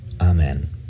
Amen